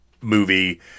movie